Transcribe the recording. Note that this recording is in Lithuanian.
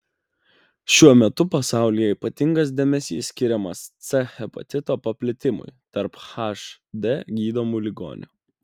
šiuo metu pasaulyje ypatingas dėmesys skiriamas c hepatito paplitimui tarp hd gydomų ligonių